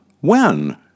when